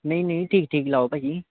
ਨਹੀਂ ਨਹੀਂ ਠੀਕ ਠੀਕ ਲਾਓ ਭਾਅ ਜੀ